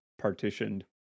partitioned